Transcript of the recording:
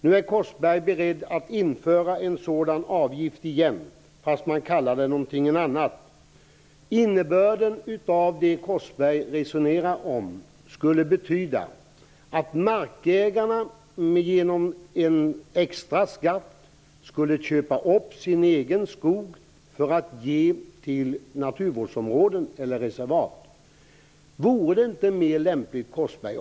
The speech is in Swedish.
Nu är Ronny Korsberg beredd att införa en sådan avgift igen, fast man kallar den för någonting annat. Innebörden av Ronny Korsbergs resonemang skulle betyda att markägarna genom en extra skatt skulle köpa upp sina egna skogar för att upplåta dem som naturvårdsområden eller reservat.